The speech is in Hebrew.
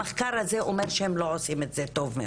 המחקר הזה אומר שהם לא עושים את זה טוב.